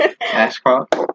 Ashcroft